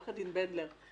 עו"ד בנדלר,